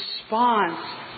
response